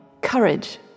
courage